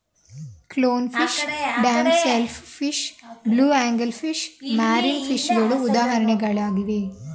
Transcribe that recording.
clown fish, damsel fish, blue angel fish, marine ಫಿಷಗಳು ಉದಾಹರಣೆಗಳಾಗಿವೆ